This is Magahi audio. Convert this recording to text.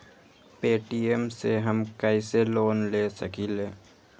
पे.टी.एम से हम कईसे लोन ले सकीले?